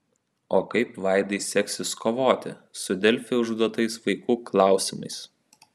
o kaip vaidai seksis kovoti su delfi užduotais vaikų klausimais